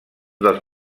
dels